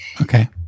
Okay